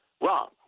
wrong